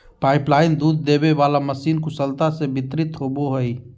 pipeline दूध देबे वाला मशीन कुशलता से वितरित होबो हइ